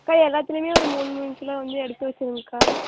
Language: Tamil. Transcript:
அக்கா எல்லாத்துலேயுமே ஒரு மூணு மூணு கிலோ வந்து எடுத்து வச்சுருங்கக்கா